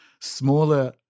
smaller